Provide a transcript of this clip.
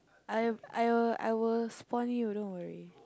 I I will I will spon you don't worry